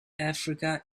africa